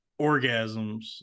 orgasms